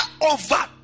over